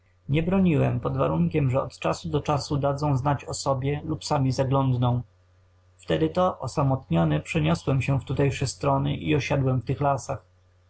nie broniłem pod warunkiem że od czasu do czasu dadzą znać o sobie lub sami zaglądną wtedy to osamotniony przeniosłem się w tutejsze strony i osiadłem w tych lasach